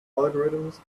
algorithms